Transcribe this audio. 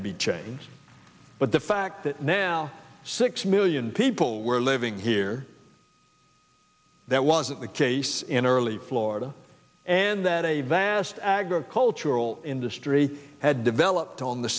to be changed but the fact that now six million people were living here that wasn't the case in early florida and that a vast agricultural industry had developed